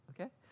okay